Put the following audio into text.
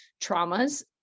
traumas